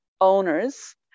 owners